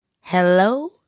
Hello